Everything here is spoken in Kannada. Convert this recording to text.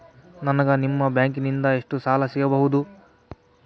ನನಗ ನಿಮ್ಮ ಬ್ಯಾಂಕಿನಿಂದ ಎಷ್ಟು ಸಾಲ ಸಿಗಬಹುದು?